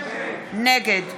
נגד